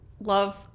love